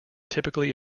typically